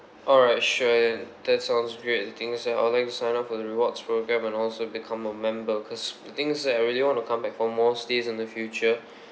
alright sure and that sounds great the thing is that I'll like to sign up for the rewards programme and also become a member cause the thing is that I really want to come back for more stays in the future